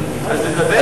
אז לדבר,